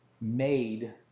made